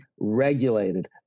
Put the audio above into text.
regulated